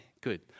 good